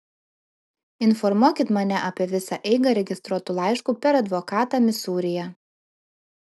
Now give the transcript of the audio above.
informuokit mane apie visą eigą registruotu laišku per advokatą misūryje